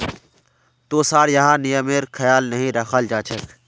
तोसार यहाँ नियमेर ख्याल नहीं रखाल जा छेक